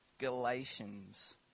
Galatians